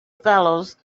fellows